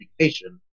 education